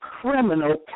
criminal